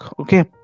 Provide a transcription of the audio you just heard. Okay